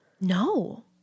no